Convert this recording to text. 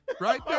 right